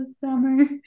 summer